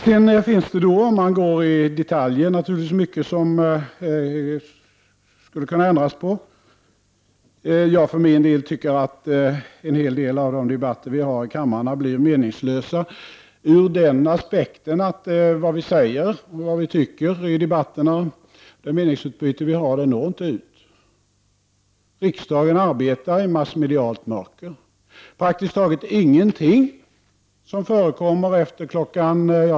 Sedan finns det, om man går in på detaljerna, naturligtvis mycket som skulle kunna ändras. För min del tycker jag att en hel del av de debatter vi för i kammaren har blivit meningslösa ur den aspekten att det meningsutbyte vi har inte når ut. Riksdagen arbetar i massmedialt mörker. Praktiskt taget ingenting som förekommer efter kl.